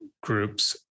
groups